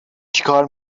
چیکار